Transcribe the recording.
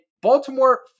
Baltimore